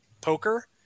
poker